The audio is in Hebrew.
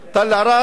תל-עראד,